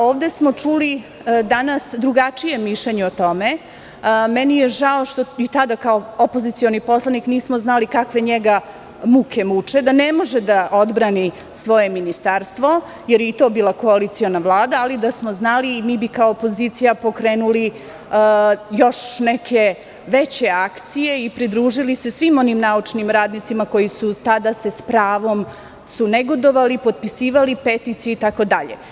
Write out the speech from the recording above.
Ovde smo čuli danas drugačije mišljenje o tome i meni je žao što ni tada kao opozicioni poslanici nismo znali kakve njega muke muče, da ne može da odbrani svoje ministarstvo, jer je i to bila koaliciona Vlada, ali da smo znali mi bi kao opozicija pokrenuli još neke veće akcije i pridružili se svim onim naučnim radnicima koji su tada sa pravom negodovali, potpisivali peticije itd.